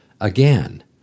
again